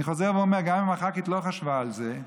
אני חוזר ואומר: גם אם הח"כית לא חשבה על זה,